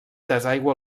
desaigua